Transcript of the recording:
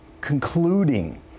concluding